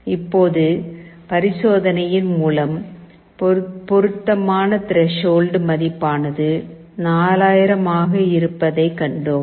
இப்போது பரிசோதனையின் மூலம் பொருத்தமான திரேஷால்ட் மதிப்பானது 4000 ஆக இருப்பதைக் கண்டோம்